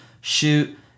shoot